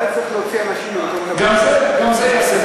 אולי צריך להוציא אנשים, גם זה ייעשה.